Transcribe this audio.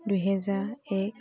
দুহেজাৰ এক